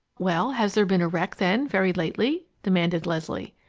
well, has there been a wreck, then, very lately? demanded leslie.